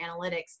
analytics